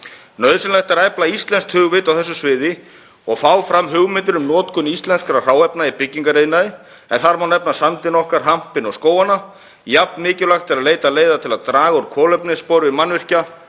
Nauðsynlegt er að efla íslenskt hugvit á þessu sviði og fá fram hugmyndir um notkun íslenskra hráefna í byggingariðnaði en þar má nefna sandinn okkar, hampinn og skógana. Jafn mikilvægt er að leita leiða til að draga úr kolefnisspori mannvirkja